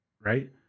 right